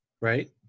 right